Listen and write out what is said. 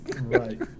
right